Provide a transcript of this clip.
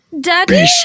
Daddy